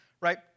right